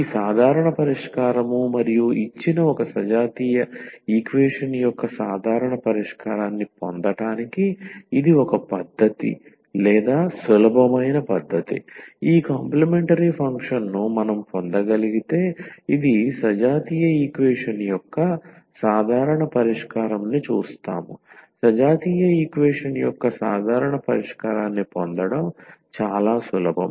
ఈ సాధారణ పరిష్కారం మరియు ఇచ్చిన ఒక సజాతీయ ఈక్వేషన్ యొక్క సాధారణ పరిష్కారాన్ని పొందటానికి ఇది ఒక పద్ధతి లేదా సులభమైన పద్ధతి ఈ కాంప్లిమెంటరీ ఫంక్షన్ను మనం పొందగలిగితే ఇది సజాతీయ ఈక్వేషన్ యొక్క సాధారణ పరిష్కారం ని చూస్తాము సజాతీయ ఈక్వేషన్ యొక్క సాధారణ పరిష్కారాన్ని పొందడం చాలా సులభం